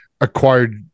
acquired